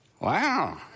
wow